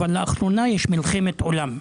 אבל לאחרונה יש מלחמת עולם.